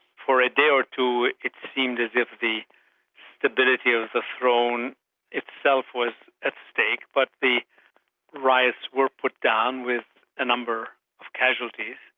for a day or two, it seemed as if the stability of the throne itself was at stake, but the riots were put down, with a number of casualties,